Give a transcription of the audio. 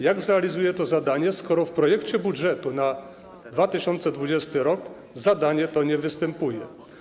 Jak zrealizuje to zadanie, skoro w projekcie budżetu na 2020 r. to zadanie nie występuje?